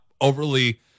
overly